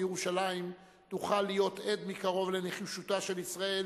בירושלים תוכל להיות עד מקרוב לנחישותה של ישראל